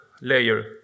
layer